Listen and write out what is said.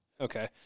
Okay